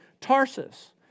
Tarsus